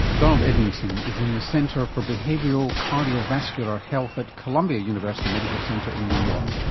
donald edmondson is in the center for behavioural cardiovascular health at columbia university medical center in new york.